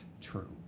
true